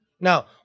Now